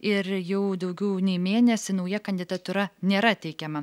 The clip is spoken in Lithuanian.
ir jau daugiau nei mėnesį nauja kandidatūra nėra teikiama